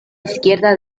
izquierda